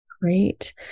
Great